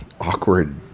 awkward